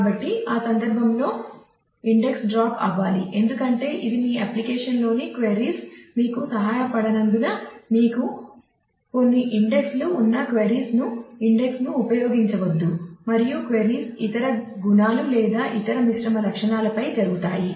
కాబట్టి ఆ సందర్భంలో ఇండెక్స్ డ్రాప్ లు ఉన్న క్వెరీను ఇండెక్స్ ను ఉపయోగించవద్దు మరియు క్వెరీస్ ఇతర గుణాలు లేదా ఇతర మిశ్రమ లక్షణాలపై జరుగుతాయి